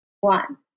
one